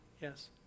Yes